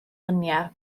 luniau